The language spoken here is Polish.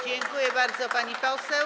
Dziękuję bardzo, pani poseł.